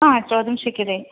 हा चोदन् शिकिरे